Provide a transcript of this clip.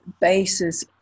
basis